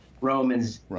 Romans